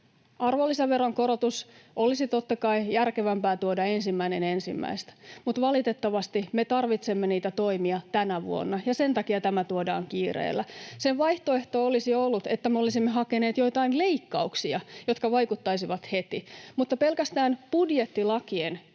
Arvonlisäveron korotus olisi totta kai järkevämpää tuoda 1.1., mutta valitettavasti me tarvitsemme niitä toimia tänä vuonna, ja sen takia tämä tuodaan kiireellä. Sen vaihtoehto olisi ollut, että me olisimme hakeneet joitain leikkauksia, jotka vaikuttaisivat heti, mutta pelkästään budjettilakien käsittely